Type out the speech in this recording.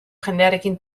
jendearekin